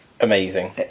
amazing